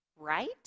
right